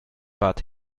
bad